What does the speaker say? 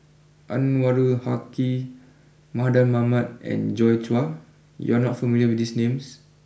Anwarul Haque Mardan Mamat and Joi Chua you are not familiar with these names